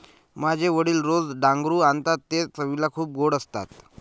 माझे वडील रोज डांगरू आणतात ते चवीला खूप गोड असतात